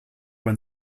when